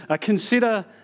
consider